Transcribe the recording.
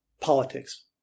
politics